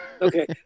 Okay